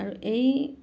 আৰু এই